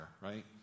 right